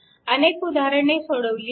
अनेक उदाहरणे सोडविली आहेत